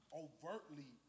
overtly